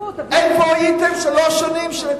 איפה הייתם שלוש שנים?